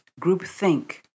groupthink